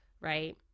right